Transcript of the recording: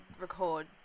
record